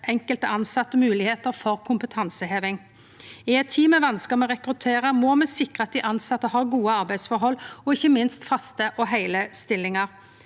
enkelte tilsette moglegheiter for kompetanseheving. I ei tid med vanskar med å rekruttere må me sikre at dei tilsette har gode arbeidsforhold og ikkje minst faste og heile stillingar.